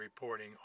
reporting